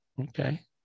Okay